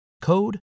code